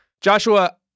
Joshua